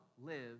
live